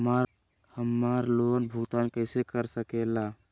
हम्मर लोन भुगतान कैसे कर सके ला?